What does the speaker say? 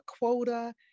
quota